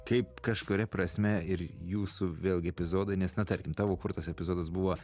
kaip kažkuria prasme ir jūsų vėlgi epizodai nes na tarkim tavo kurtas epizodas buvo